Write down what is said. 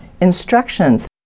instructions